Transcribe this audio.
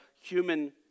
human